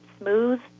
smooth